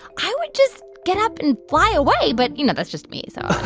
i would just get up and fly away. but, you know, that's just me. so.